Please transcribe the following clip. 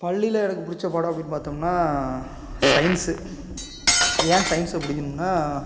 பள்ளியில் எனக்கு பிடிச்ச பாடம் அப்படினு பார்த்தோம்னா சயின்ஸு ஏன் சயின்ஸை பிடிக்கும் சொன்னால்